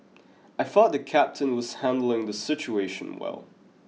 I thought the captain was handling the situation well